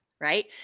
right